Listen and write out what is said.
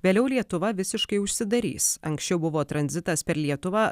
vėliau lietuva visiškai užsidarys anksčiau buvo tranzitas per lietuvą